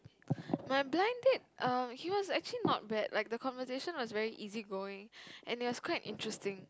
my blind date um he was actually not bad like the conversation was very easy going and it was quite interesting